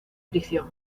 prisión